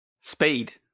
Speed